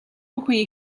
бүхэн